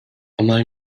omal